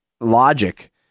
logic